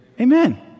Amen